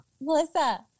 Melissa